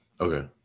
Okay